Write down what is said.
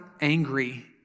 angry